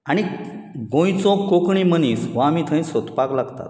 आनी गोंयचो कोंकणी मनीस हो आमी थंय सोदपाक लागतात